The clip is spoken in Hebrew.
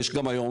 ויש גם היום,